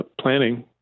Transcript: planning